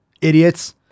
Idiots